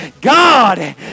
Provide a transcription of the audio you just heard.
God